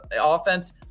offense